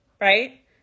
right